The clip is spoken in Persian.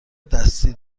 دستی